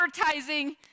advertising